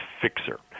fixer